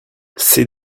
c’est